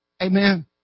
Amen